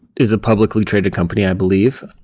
is a publicly traded company, i believe.